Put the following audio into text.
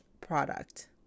product